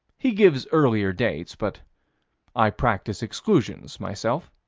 he gives earlier dates, but i practice exclusions, myself.